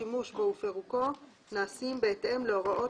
השימוש בו ופירוקו נעשים בהתאם להוראות